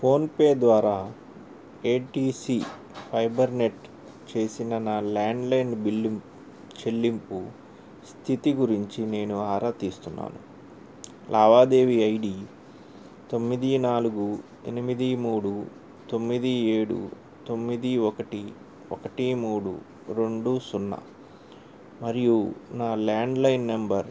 PhonePe ద్వారా A T C fibernet చేసిన నా ల్యాండ్లైన్ బిల్లు చెల్లింపు స్థితి గురించి నేను ఆరాతీస్తున్నాను లావాదేవీ ఐ డి తొమ్మిది నాలుగు ఎనిమిది మూడు తొమ్మిది ఏడు తొమ్మిది ఒకటి ఒకటి మూడు రెండు సున్నా మరియు నా ల్యాండ్లైన్ నెంబర్